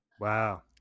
Wow